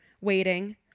waiting